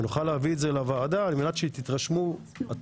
ונוכל להביא את זה לוועדה על מנת שתתרשמו אתם,